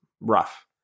rough